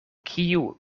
kiu